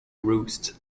roost